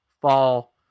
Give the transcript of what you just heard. fall